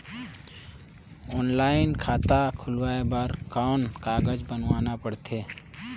Online खाता खुलवाय बर कौन कागज बनवाना पड़थे?